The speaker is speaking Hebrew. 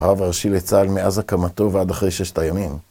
הרב הראשי לצהל מאז הקמתו ועד אחרי ששת הימים.